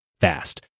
fast